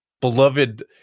beloved